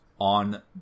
on